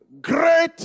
Great